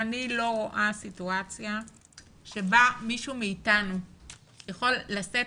אני לא רואה סיטואציה בה מישהו מאתנו יכול לשאת